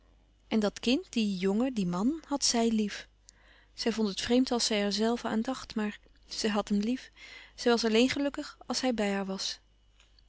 en dat kind dien jongen dien man had zij lief zij vond het vreemd als zij er zelve aan dacht maar zij had hem lief zij was alleen gelukkig als hij bij haar was